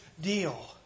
deal